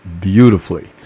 beautifully